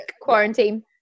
quarantine